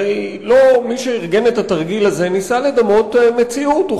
הרי מי שארגן את התרגיל הזה ניסה לדמות מציאות.